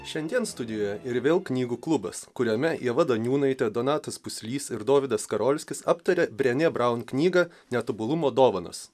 šiandien studijoje ir vėl knygų klubas kuriame ieva daniūnaitė donatas puslys ir dovydas karolskis aptarė brenie braun knygą netobulumo dovanos